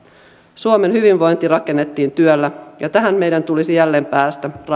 suomen hyvinvointi rakennettiin työllä ja tähän meidän tulisi jälleen päästä